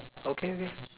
okay okay